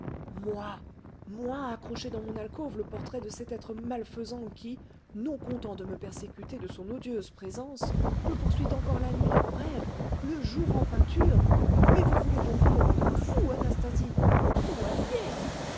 moi moi accrocher dans mon alcôve le portrait de cet être malfaisant qui non content de me persécuter de son odieuse présence me poursuit encore la nuit en rêve le jour en peinture mais vous voulez donc me rendre fou anastasie fou